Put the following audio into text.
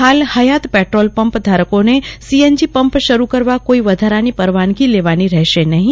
હાલ હયાત petrol pump ધારોકેન સીએનજી પંપ શરૂ કરવા કોઈ વધારાની પરવાનગી લેવાની રેહશે નહીં